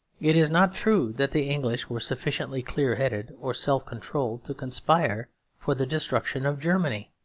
it is not true that the english were sufficiently clearheaded or self-controlled to conspire for the destruction of germany.